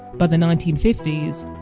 but the nineteen fifty s,